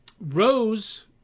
Rose